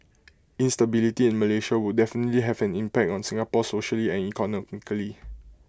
instability in Malaysia would definitely have an impact on Singapore socially and economically